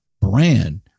brand